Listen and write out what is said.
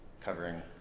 covering